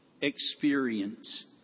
experience